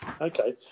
Okay